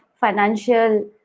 financial